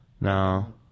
No